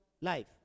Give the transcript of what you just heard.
life